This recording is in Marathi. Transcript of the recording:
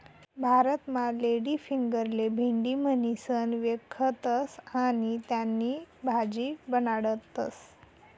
भारतमा लेडीफिंगरले भेंडी म्हणीसण व्यकखतस आणि त्यानी भाजी बनाडतस